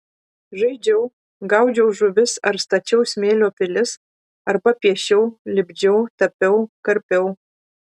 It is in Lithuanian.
žaidžiau gaudžiau žuvis ar stačiau smėlio pilis arba piešiau lipdžiau tapiau karpiau